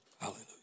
Hallelujah